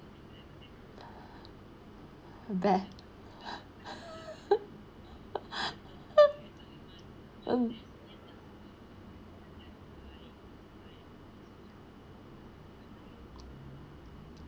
mm